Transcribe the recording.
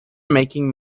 making